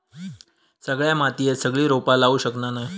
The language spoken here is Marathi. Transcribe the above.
सगळ्या मातीयेत सगळी रोपा लावू शकना नाय